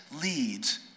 leads